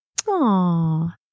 Aww